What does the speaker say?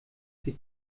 sie